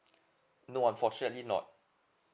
no unfortunately not